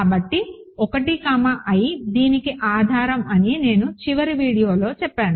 కాబట్టి 1 comma i దీనికి ఆధారం అని నేను చివరి వీడియో చెప్పాను